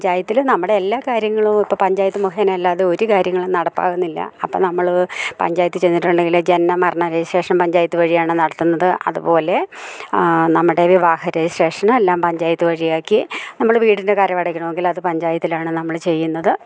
പഞ്ചായത്തിൽ നമ്മുടെ എല്ലാ കാര്യങ്ങളും ഇപ്പം പഞ്ചായത്ത് മുഖേന അല്ലാതെ ഒരു കാര്യങ്ങളും നടപ്പാകുന്നില്ല അപ്പം നമ്മൾ പഞ്ചായത്ത് ചെന്നിട്ടുണ്ടെങ്കിൽ ജനന മരണ രജിസ്ട്രേഷൻ പഞ്ചായത്ത് വഴിയാണ് നടത്തുന്നത് അതു പോലെ നമ്മുടെ വിവാഹ രജിസ്ട്രേഷൻ എല്ലാം പഞ്ചായത്ത് വഴിയാക്കി നമ്മൾ വീടിൻ്റെ കരമടക്കണമെങ്കിൽ അത് പഞ്ചായത്തിലാണ് നമ്മൾ ചെയ്യുന്നത്